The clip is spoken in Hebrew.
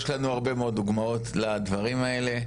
יש לנו הרבה מאוד דוגמאות לדברים האלה.